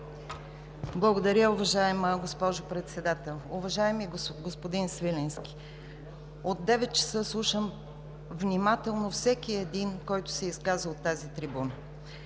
Благодаря, уважаема госпожо Председател. Уважаеми господин Свиленски, от 9,00 ч. слушам внимателно всеки един, който се изказа от тази трибуна.